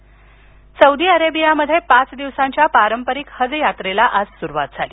whose Saudi अरेबियामध्ये पाच दिवसांच्या पारंपरिक हज यात्रेला आज सुरवात झाली